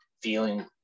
feeling